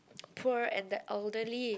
poor and the elderly